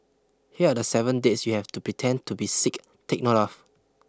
here are the seven dates you have to pretend to be sick take note of